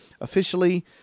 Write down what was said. officially